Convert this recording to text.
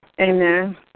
Amen